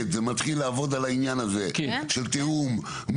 ומתחיל לעבוד על העניין הזה של תיאום.